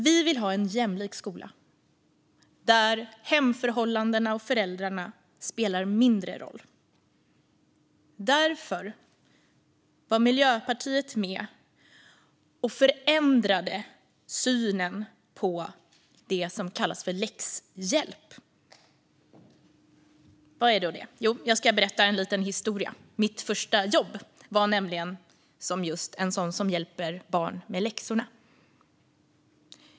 Vi vill ha en jämlik skola där hemförhållandena och föräldrarna spelar mindre roll. Därför var Miljöpartiet med och förändrade synen på det som kallas för läxhjälp. Vad är då det? Jag ska berätta en liten historia. Mitt första jobb var nämligen som just en sådan som hjälper barn med läxorna.